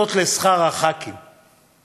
צמודות לשכר חברי הכנסת.